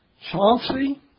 Chauncey